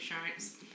insurance